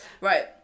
Right